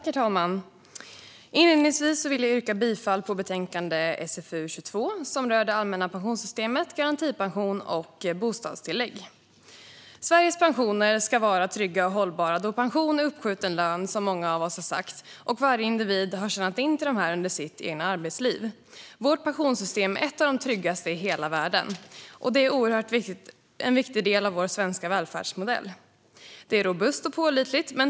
Herr talman! Inledningsvis vill jag yrka bifall till förslaget i betänkande SfU22, som rör det allmänna pensionssystemet, garantipension och bostadstillägg. Sveriges pensioner ska vara trygga och hållbara. Som många av oss har sagt är pension nämligen uppskjuten lön, och varje individ har tjänat in till den under sitt arbetsliv. Vårt pensionssystem är ett av de tryggaste i hela världen och en viktig del av vår svenska välfärdsmodell. Det är robust och pålitligt.